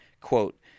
Quote